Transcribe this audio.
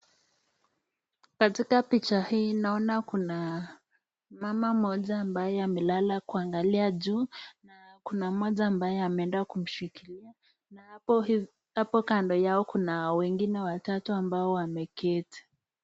Katika picha hii naona kuna mama mmoja amelala ambaye akiangalia juu na kuna mmoja ambaye ameenda kumshikilia na hapo kando yao kuna wengine watatu ambao wameketi.